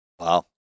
Wow